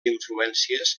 influències